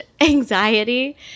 anxiety